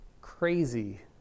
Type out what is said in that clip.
crazy